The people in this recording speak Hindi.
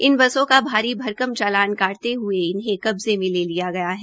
इन बसों का भारी भरकम चालान काटते हये उन्हें कब्जे में लिया गया है